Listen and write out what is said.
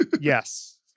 yes